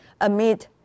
amid